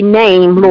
name